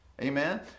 Amen